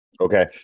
Okay